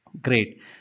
Great